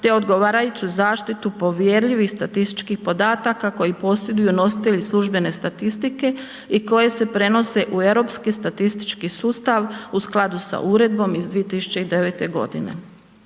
te odgovarajuću zaštitu povjerljivih statističkih podataka koji posjeduju nositelji službene statistike i koji se prenose u europski statistički sustav u skladu sa uredbom iz 2009. godine.